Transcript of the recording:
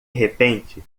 repente